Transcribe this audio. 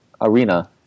Arena